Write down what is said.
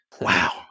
Wow